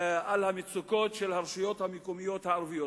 על המצוקות של הרשויות המקומיות הערביות.